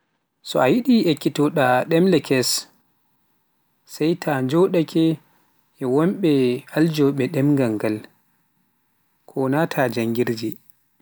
so a yiɗi ekkitoɗa ɗemle kes, sai ta jooɗaake ke e wonbe aljoobe ɗemgal nga, ko naata janngide,